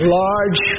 large